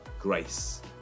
grace